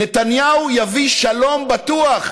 נתניהו יביא שלום בטוח.